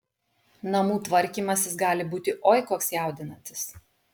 namų tvarkymasis gali būti oi koks jaudinantis